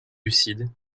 lucide